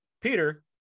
Peter